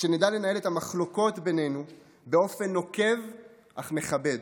שנדע לנהל את המחלוקות בינינו באופן נוקב אך מכבד,